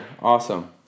Awesome